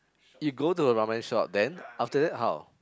it go to the ramen shop then after that how